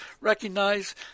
recognize